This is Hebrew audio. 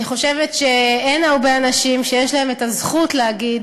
אני חושבת שאין הרבה אנשים שיש להם הזכות להגיד